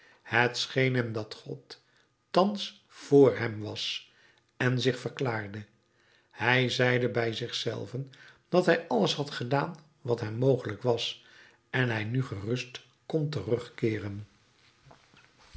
scheen hem dat god thans vr hem was en zich verklaarde hij zeide bij zich zelven dat hij alles had gedaan wat hem mogelijk was en hij nu gerust kon terugkeeren